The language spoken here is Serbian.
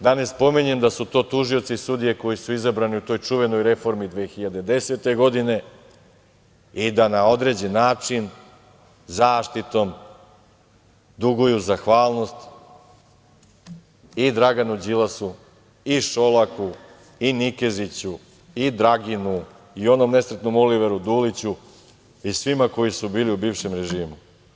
Da ne spominjem da su to tužioci i sudije koji su izabrani u toj čuvenoj reformi 2010. godine i da na određen način, zaštitom, duguju zahvalnost i Draganu Đilasu i Šolaku i Nikeziću i Draginu i onom nesretnom Oliveru Duliću i svima koji su bili u bivšem režimu.